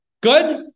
good